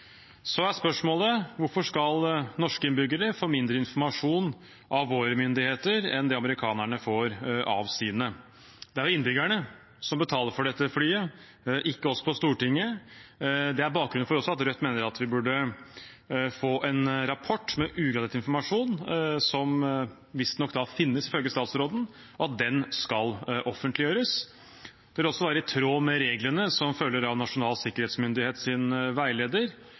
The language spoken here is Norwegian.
Så er spørsmålet: Hvorfor skal norske innbyggere få mindre informasjon fra våre myndigheter enn det amerikanerne får av sine? Det er jo innbyggerne som betaler for disse flyene, ikke vi på Stortinget. Det er også bakgrunnen for at Rødt mener at vi burde få en rapport med ugradert informasjon – som visstnok finnes, ifølge statsråden – og at den skal offentliggjøres. Det vil også være i tråd med reglene som følger av Nasjonal sikkerhetsmyndighets veileder,